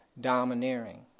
domineering